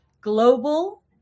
global